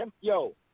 Yo